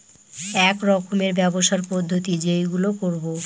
এক রকমের ব্যবসার পদ্ধতি যেইগুলো করবো